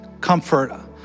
comfort